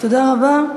תודה רבה.